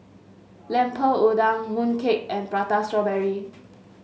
Lemper Udang mooncake and Prata Strawberry